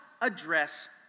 address